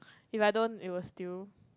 if I don't it will still